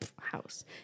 house